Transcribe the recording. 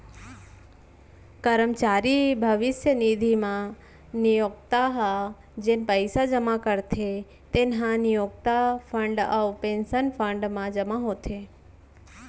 करमचारी भविस्य निधि म नियोक्ता ह जेन पइसा जमा करथे तेन ह नियोक्ता फंड अउ पेंसन फंड म जमा होथे